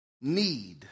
need